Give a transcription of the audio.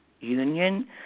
union